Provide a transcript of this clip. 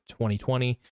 2020